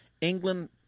England